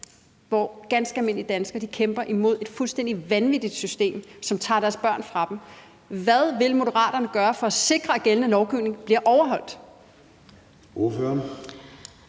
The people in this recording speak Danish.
hvor ganske almindelige danskere kæmper imod et fuldstændig vanvittigt system, som tager deres børn fra dem. Hvad vil Moderaterne gøre for at sikre, at gældende lovgivning bliver overholdt?